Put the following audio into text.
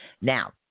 Now